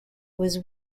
was